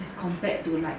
as compared to like